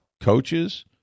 coaches